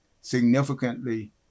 significantly